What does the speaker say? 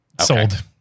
Sold